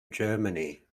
germany